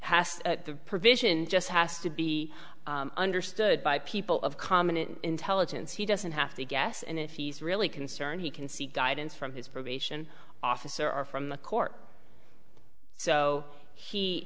has the provision just has to be understood by people of common and intelligence he doesn't have to guess and if he's really concerned he can seek guidance from his probation officer or from the court so he